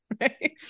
right